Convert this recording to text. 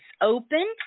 open